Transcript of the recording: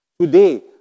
Today